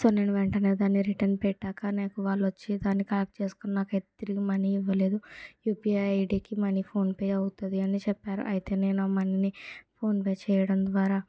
so నేను వెంటనే దాన్ని రిటర్న్ పెట్టాక నాకు వాళ్ళు వచ్చి దాన్ని కలెక్ట్ చేసుకున్నాక తిరిగి మనీ ఇవ్వలేదు యూపీఐ ఐడికి మనీ ఫోన్పే అవుతుంది అని చెప్పారు అయితే నేను ఆ మనీ ని ఫోన్పే చేయడం ద్వారా